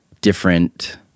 different